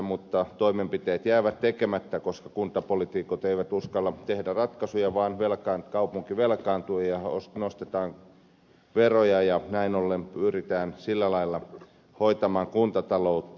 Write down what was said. mutta toimenpiteet jäävät tekemättä koska kuntapoliitikot eivät uskalla tehdä ratkaisuja vaan kaupunki velkaantuu ja nostetaan veroja ja näin ollen pyritään sillä lailla hoitamaan kuntataloutta